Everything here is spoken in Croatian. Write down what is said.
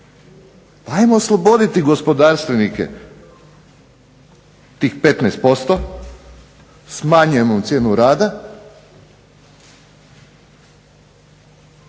ajmo osloboditi gospodarstvenike tih 15%, smanjujemo cijenu rada